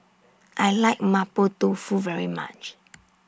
I like Mapo Tofu very much